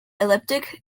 elliptic